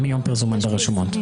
מיום פרסומן ברשומות.